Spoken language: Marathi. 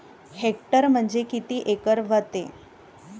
हेक्टर म्हणजे किती एकर व्हते?